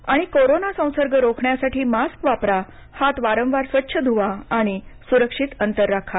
आणि कोरोनासंसर्ग रोखण्यासाठी मास्क वापरा हात वारंवार स्वच्छ धुवा आणि सुरक्षित अंतर राखा